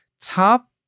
top